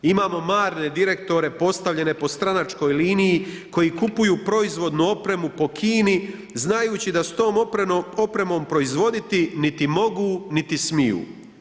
Imamo marne direktore, postavljene po stranačkoj liniji, koji kupuju proizvodnu opremu po Kini, znajući da s tom opremom proizvoditi niti mogu niti smiju.